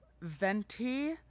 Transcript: venti